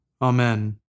Amen